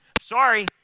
Sorry